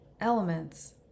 elements